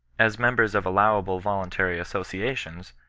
as members of allowable voluntary associations,